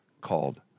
called